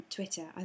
Twitter